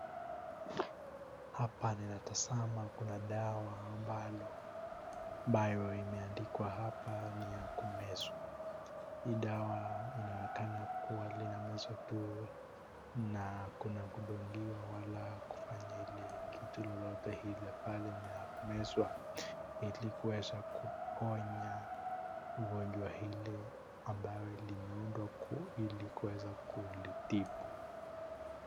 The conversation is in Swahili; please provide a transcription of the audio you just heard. Hapa ninatazama kuna dawa ambalo, ambayo imeandikwa hapa ni ya kumezwa. Hili dawa inaonekana kuwa linamezwa tu na hakuna kudungiwa wala kufanya ile kitu lolote ile bali linamezwa ili kuweza kuponya ugonjwa ile ambayo limeundwa ku ili kuweza kulitibu.